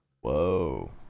Whoa